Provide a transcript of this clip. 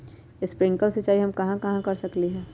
Sprinkle सिंचाई हम कहाँ कहाँ कर सकली ह?